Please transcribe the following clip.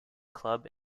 club